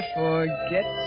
forget